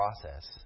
process